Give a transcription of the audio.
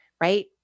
right